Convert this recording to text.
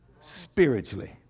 spiritually